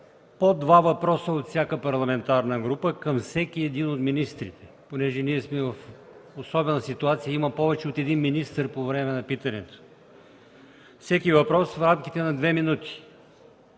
по два въпроса от всяка парламентарна група към всеки един от министрите. Понеже сме в особена ситуация – има повече от един министър по време на питането, всеки въпрос – в рамките на две минути.